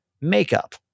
makeup